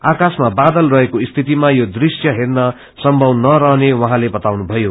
आकाशमा वादल रहेको स्थितिमा यो दृश्य हेँन सम्भव नरहने उहाँले बताउनुभयो